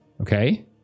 okay